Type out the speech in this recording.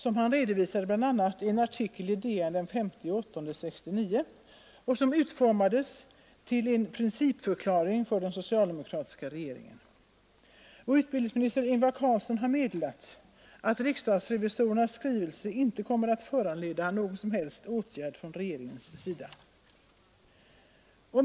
Och den åsikten har han bl.a. redovisat i en artikel i Dagens Nyheter den 5 augusti 1969, en artikel som utformades till en principförklaring för den socialdemokratiska regeringen. Utbildningsminister Ingvar Carlsson har meddelat att riksdagsrevisorernas skrivelse inte kommer att föranleda någon som helst åtgärd från regeringens sida.